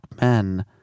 men